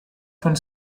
von